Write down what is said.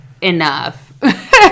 enough